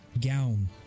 gown